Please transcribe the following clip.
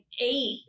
eight